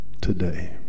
today